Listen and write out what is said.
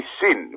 sin